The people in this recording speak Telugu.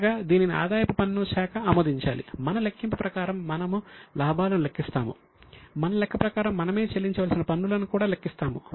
చివరగా దీనిని ఆదాయపు పన్ను శాఖ ఆమోదించాలి మన లెక్కింపు ప్రకారం మనము లాభాలను లెక్కిస్తాము మన లెక్క ప్రకారం మనమే చెల్లించవలసిన పన్నులను కూడా లెక్కిస్తాము